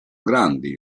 grandi